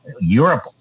Europe